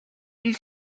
ils